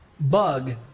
bug